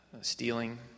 Stealing